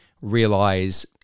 realize